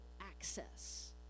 access